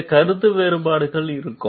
இந்த கருத்து வேறுபாடுகள் இருக்கும்